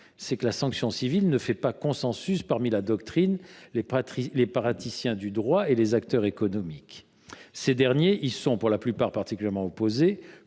la sanction civile ne fait pas consensus entre les tenants de la doctrine, les praticiens du droit et les acteurs économiques. Ces derniers y sont – pour la plupart – particulièrement opposés,